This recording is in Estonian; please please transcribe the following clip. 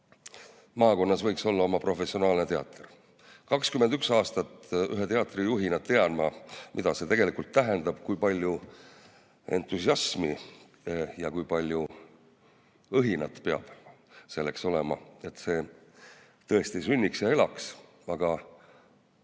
maakonnas olla oma professionaalne teater. Olles olnud 21 aastat ühe teatri juht, tean ma, mida see tegelikult tähendab ning kui palju entusiasmi ja kui palju õhinat peab selleks olema, et see tõesti sünniks ja elaks. Aga